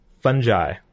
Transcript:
fungi